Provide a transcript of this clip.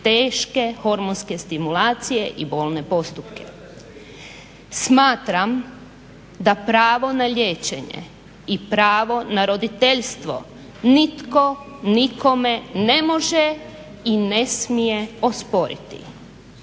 teške hormonske stimulacije i bolne postupke. Smatram da pravo na liječenje i pravo na roditeljstvo nitko nikome ne može i ne smije osporiti.